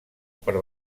per